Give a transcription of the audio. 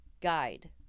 Guide